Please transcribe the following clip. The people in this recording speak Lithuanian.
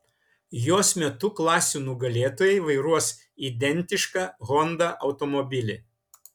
jos metu klasių nugalėtojai vairuos identišką honda automobilį